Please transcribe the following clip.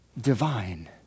divine